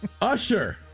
Usher